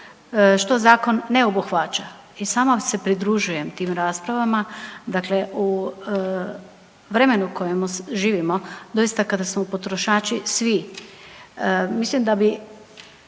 što zakon ne obuhvaća i sama se pridružujem tim raspravama, dakle u vremenu u kojemu živimo, doista, kada su potrošači svi, mislim da bi